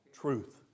truth